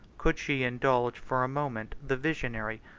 could she indulge for a moment the visionary,